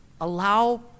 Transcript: Allow